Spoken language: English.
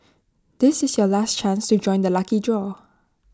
this is your last chance to join the lucky draw